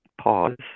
pause